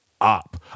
up